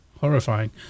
horrifying